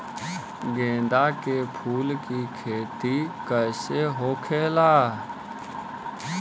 गेंदा के फूल की खेती कैसे होखेला?